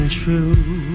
true